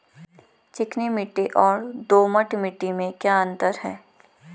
चिकनी मिट्टी और दोमट मिट्टी में क्या अंतर है?